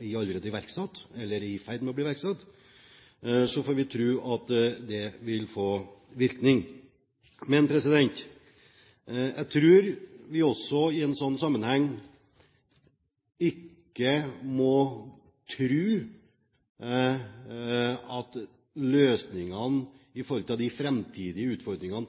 iverksatt, eller i ferd med å bli iverksatt, så får vi tro at det vil få virkning. Jeg tror også vi i en slik sammenheng ikke må tro at løsningene på de framtidige utfordringene